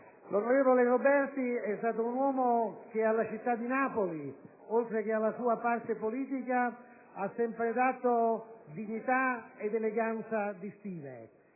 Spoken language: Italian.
L'onorevole Roberti è stato un uomo che alla città di Napoli, oltre che alla sua parte politica, ha sempre dato dignità ed eleganza di stile.